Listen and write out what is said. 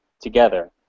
together